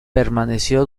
permaneció